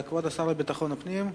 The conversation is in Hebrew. כבוד השר לביטחון פנים,